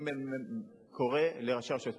אני קורא לראשי הרשויות,